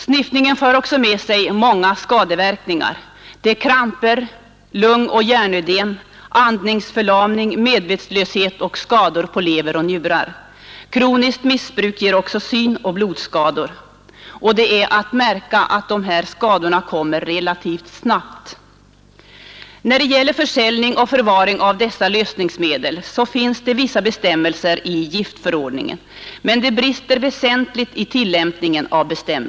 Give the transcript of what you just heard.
Sniffningen för med sig många skadeverkningar — kramper, lungoch hjärnödem, andningsförlamning, medvetslöshet och skador på lever och njurar. Kroniskt missbruk ger också synoch blodskador. Det är att märka att de här skadorna kommer relativt snabbt. När det gäller försäljning och förvaring av dessa lösningsmedel finns det vissa bestämmelser i giftförordningen, men det brister väsentligt i tillämpningen av dem.